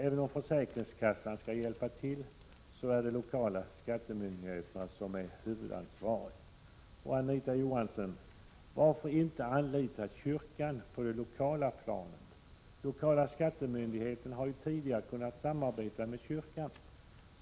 Även om nu försäkringskassan skall hjälpa till, är den lokala skattemyndigheten huvudansvarig. Jag vill fråga Anita Johansson: Varför inte anlita kyrkan på det lokala planet? Lokala skattemyndigheten har ju tidigare kunnat samarbete med kyrkan.